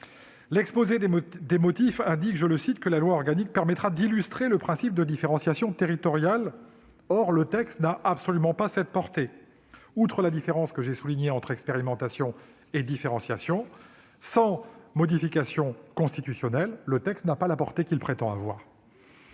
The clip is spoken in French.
L'exposé des motifs indique que la loi organique permettra d'« illustrer le principe de différenciation territoriale ». Or le texte n'a absolument pas cette portée ! Outre la différence que j'ai soulignée entre expérimentation et différenciation, sans modification constitutionnelle, le projet de loi organique n'a pas la portée qu'il prétend avoir.